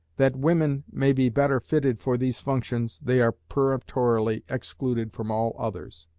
that women may be better fitted for these functions, they are peremptorily excluded from all others.